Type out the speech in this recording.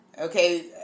Okay